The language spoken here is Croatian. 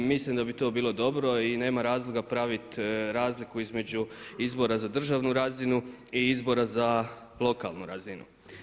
Mislim da bi to bilo dobro i nema razloga pravit razliku između izbora za državnu razinu i izbora za lokalnu razinu.